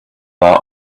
that